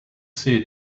see